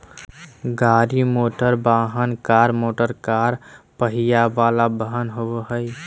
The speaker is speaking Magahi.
गाड़ी मोटरवाहन, कार मोटरकार पहिया वला वाहन होबो हइ